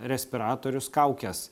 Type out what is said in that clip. respiratorius kaukes